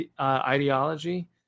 ideology